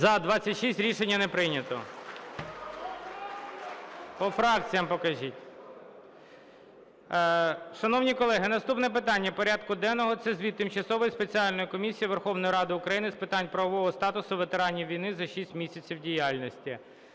За-26 Рішення не прийнято. По фракціям покажіть. Шановні колеги, наступне питання порядку денного – це звіт Тимчасової спеціальної комісії Верховної Ради України з питань правового статусу ветеранів війни за шість місяців діяльності.